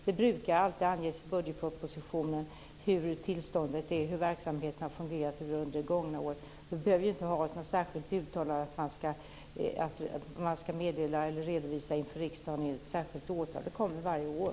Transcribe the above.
Det brukar alltid anges i budgetpropositionen hur tillståndet är, hur verksamheten har fungerat under det gångna året. Det behövs inte något särskilt uttalande eller någon redovisning inför riksdagen något särskilt årtal, för det kommer varje år.